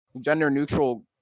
gender-neutral